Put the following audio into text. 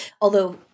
Although-